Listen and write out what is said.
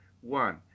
one